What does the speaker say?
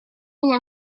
было